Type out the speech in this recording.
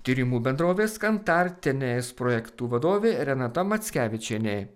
tyrimų bendrovės kantartinės projektų vadovė renata mackevičienė